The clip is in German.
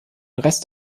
rest